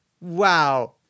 Wow